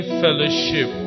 fellowship